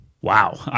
Wow